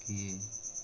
କିଏ